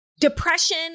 depression